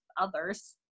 others